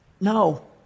No